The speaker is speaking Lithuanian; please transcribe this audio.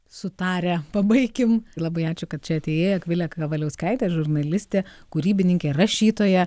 sutarę pabaikim labai ačiū kad čia atėjai akvilė kavaliauskaitė žurnalistė kurybininkė rašytoja